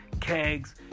kegs